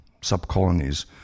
sub-colonies